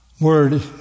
word